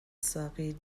ساقی